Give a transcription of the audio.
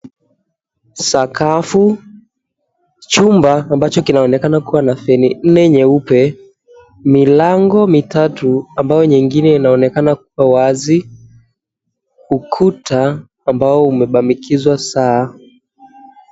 Sakafu, chumba ambacho kinaonekana kuwa na feni nne nyeupe, milango mitatu ambayo nyingine inaonekana kuwa wazi, ukuta ambao umebamikizwa saa.